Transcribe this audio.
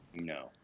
No